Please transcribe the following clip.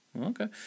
Okay